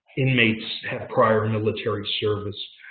inmates have prior military service.